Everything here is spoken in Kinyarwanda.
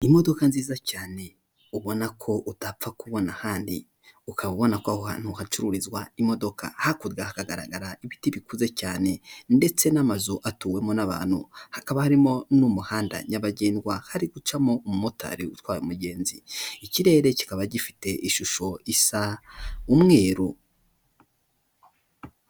Imodoka nziza cyane ubona ko utapfa kubona ahandi, ukaba ubona ko aho hantu hacururizwa imodoka hakurya hakaba hagaragara ibiti bikuze cyane ndetse n'amazu atuwemo n'abantu, hakaba harimo n'umuhanda nyabagendwa, hari gucamo umumotari utwara umugenzi. Ikirere kikaba gifite ishusho isa umweru.